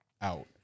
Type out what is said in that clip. Out